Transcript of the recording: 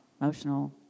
Emotional